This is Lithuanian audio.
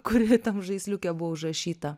kuri tam žaisliuke buvo užrašyta